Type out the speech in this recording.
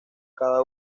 cada